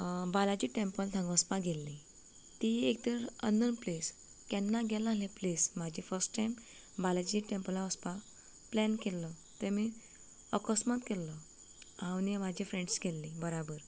Balaji temple हांगा वचपाक गेल्ली ती एकतर अननोवन प्लेस केन्ना गेले नासले प्लेस म्हजें फर्स्ट टायम बालाजी टॅम्पलांत वचपाक प्लॅन केल्लो तेमी अकस्मात केल्लो हांव आनी म्हजे फ्रेंड्स गेल्लीं बरोबर